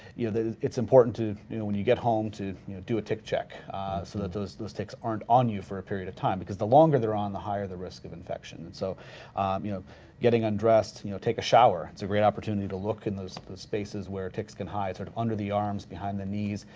you know it's important to you know when you get home to do a tick check so that those those tics aren't on you for a period of time because the longer they're on the higher the risk of infection. and so you getting undressed, you know take a shower, it's a great opportunity to look in those spaces where tics can hide, sort of under the arms, behind the knees,